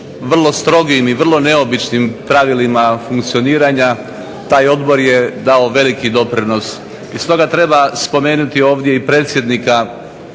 vrlo strogim i vrlo neobičnim pravilima funkcioniranja taj odbor je dao veliki doprinos. I stoga treba spomenuti ovdje i predsjednika